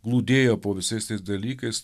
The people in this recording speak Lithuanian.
glūdėjo po visais tais dalykais